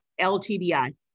LTBI